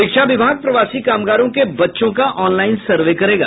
शिक्षा विभाग प्रवासी कामगारों के बच्चों का ऑनलाइन सर्वे करेगा